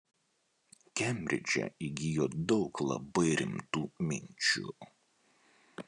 kembridže įgijo daug labai rimtų minčių